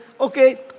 okay